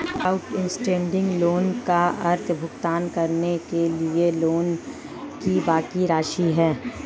outstanding loan का अर्थ भुगतान करने के लिए लोन की बाकि राशि है